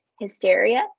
hysteria